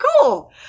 cool